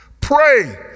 Pray